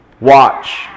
Watch